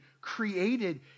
created